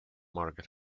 market